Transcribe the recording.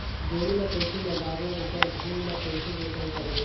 जोणी ला कइसे लगाबो ओकर भुईं ला कइसे जोताई करबो?